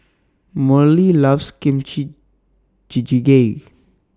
Merle loves Kimchi Jjigae